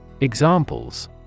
Examples